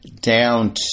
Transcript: down